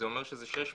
זה אומר שזה 600